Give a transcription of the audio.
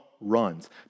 runs